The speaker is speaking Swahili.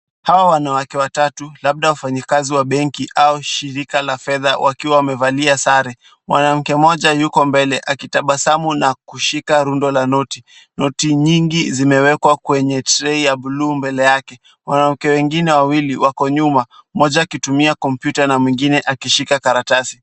Hawa wanawake watatu labda wafanyikazi wa benki au shirika la fedha wakiwa wamevalia sare. Mwanamke mmoja yuko mbele akitabasamu na kushika rundo la noti. Noti nyingi zimewekwa kwenye trei ya blue mbele yake. Wanawake wengine wawili wako nyuma, mmoja akitumia kompyuta na mwingine akishika karatasi.